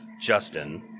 Justin